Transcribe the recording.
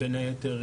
בין היתר,